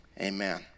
amen